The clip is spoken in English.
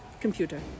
computer